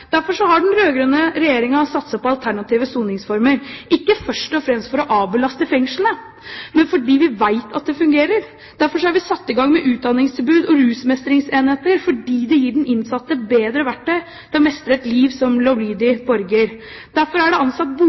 Derfor har den rød-grønne regjeringen satset på alternative soningsformer, ikke først og fremst for å avlaste fengslene, men fordi vi vet at det fungerer. Derfor har vi satt i gang med utdanningstilbud og rusmestringsenheter, fordi det gir den innsatte bedre verktøy til å mestre et liv som lovlydig borger. Derfor er det ansatt